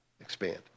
expand